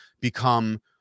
become